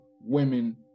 women